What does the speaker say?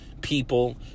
people